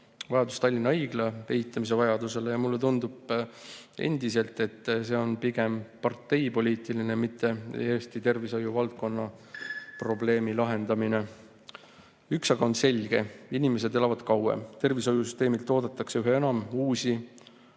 esile Tallinna Haigla ehitamise vajadus, ja mulle tundub endiselt, et see on pigem parteipoliitiline, mitte Eesti tervishoiuvaldkonna probleemi lahendamine. Üks aga on selge: inimesed elavad kauem. Tervishoiusüsteemilt oodatakse üha enam uusi